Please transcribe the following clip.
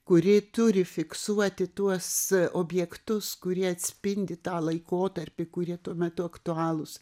kuri turi fiksuoti tuos objektus kurie atspindi tą laikotarpį kurie tuo metu aktualūs